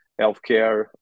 healthcare